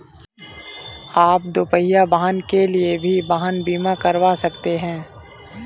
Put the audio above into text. आप दुपहिया वाहन के लिए भी वाहन बीमा करवा सकते हैं